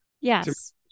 yes